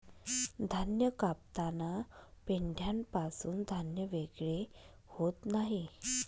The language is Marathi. धान्य कापताना पेंढ्यापासून धान्य वेगळे होत नाही